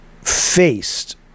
faced